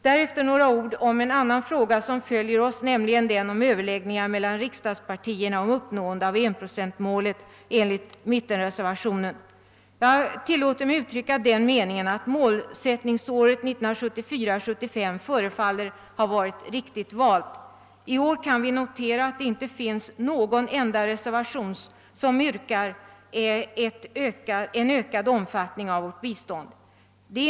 Därefter några ord om en annan fråga som följer oss, nämligen om Ööverläggningar mellan riksdagspartierna om uppnående av enprocentsmålet enligt mittenreservationen. Jag tillåter mig uttrycka den meningen, att målsättningsåret 1974/75 förefaller ha varit riktigt valt. I år kan vi notera att det inte finns någon enda reservation där det yrkas på en ökad omfattning av biståndet.